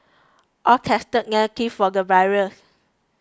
all tested negative for the virus